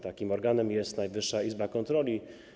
Takim organem jest Najwyższa Izba Kontroli.